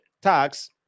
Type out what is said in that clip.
tax